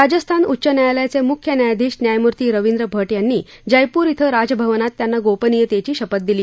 राजस्थान उच्च न्यायालयाचे मुख्य न्यायाधीश न्यायमूर्ती रविंद्र भट यांनी जयपूर क्वें राजभवनात त्यांना गोपनीयतेची शपथ दिली